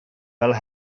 fel